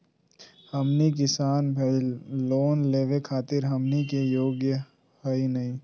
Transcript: हमनी किसान भईल, लोन लेवे खातीर हमनी के योग्य हई नहीं?